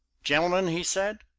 gentlemen, he said,